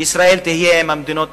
שישראל תהיה עם המדינות.